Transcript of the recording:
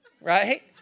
right